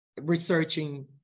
researching